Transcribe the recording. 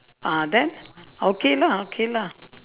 ah then okay lah okay lah